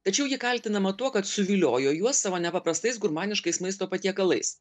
tačiau ji kaltinama tuo kad suviliojo juos savo nepaprastais gurmaniškais maisto patiekalais